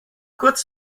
kurz